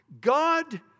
God